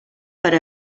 per